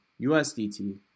USDT